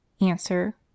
Answer